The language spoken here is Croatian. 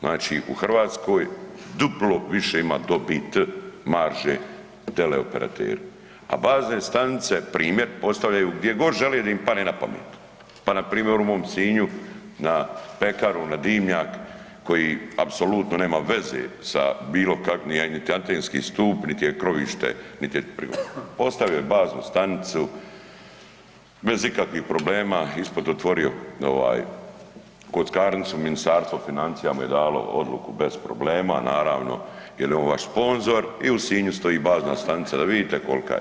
Znači u Hrvatskoj duplo više ima dobit, marže teleoperateri, a bazne stanice primjer postavljaju gdje god žele gdje im padne napamet, pa npr. u mom Sinju na pekaru na dimnjak koji apsolutno nema veze sa bilo kakvim, nit je antenski stup, nit je krovište, nit je, postavio je baznu stanicu bez ikakvih problema ispod otvorio ovaj kockarnicu, Ministarstvo financija mu je dalo odluku bez problema naravno jer je on vaš sponzor i u Sinju stoji bazna stanica, da vidite kolika je.